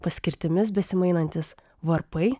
paskirtimis besimainantys varpai